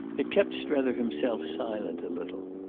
it kept strether himself silent a little.